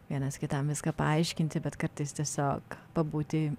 vienas kitam viską paaiškinti bet kartais tiesiog pabūti